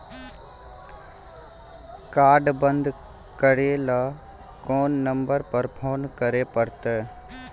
Card बन्द करे ल कोन नंबर पर फोन करे परतै?